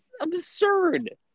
Absurd